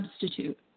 substitute